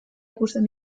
ikusten